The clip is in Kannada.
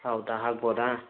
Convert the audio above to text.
ಹೌದಾ ಆಗ್ಬೋದಾ